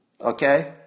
okay